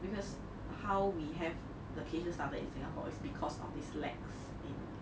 because how we have the cases started in singapore is because of this lax in